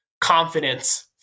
confidence